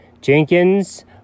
Jenkins